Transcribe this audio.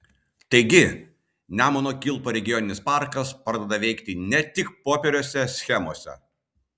taigi nemuno kilpų regioninis parkas pradeda veikti ne tik popieriuose schemose